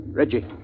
Reggie